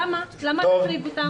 למה להחריג אותם?